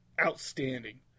outstanding